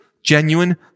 Genuine